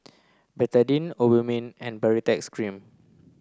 Betadine Obimin and Baritex Cream